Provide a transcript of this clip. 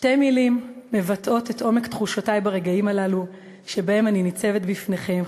שתי מילים מבטאות את עומק תחושותי ברגעים הללו שאני ניצבת בפניכם,